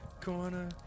Corner